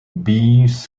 beans